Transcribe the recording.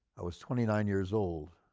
i was twenty nine years old,